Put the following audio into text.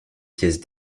pièces